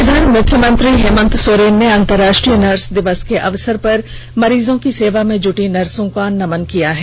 इधर मुख्यमंत्री हेमंत सोरेन ने अंतर्राष्ट्रीय नर्स दिवस के अवसर पर मरीजों की सेवा में जुटी नर्सों को नमन किया है